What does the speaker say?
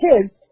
kids